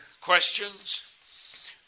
questions